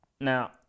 Now